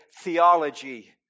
theology